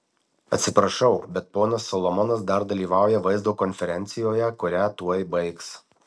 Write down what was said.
atsiprašau bet ponas solomonas dar dalyvauja vaizdo konferencijoje kurią tuoj baigs